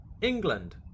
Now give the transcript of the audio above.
England